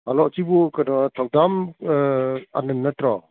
hello ꯁꯤꯕꯨ ꯀꯩꯅꯣ ꯊꯧꯗꯥꯝ ꯑꯥꯅꯟ ꯅꯠꯇ꯭ꯔꯣ